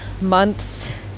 months